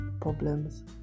problems